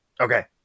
Okay